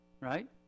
Right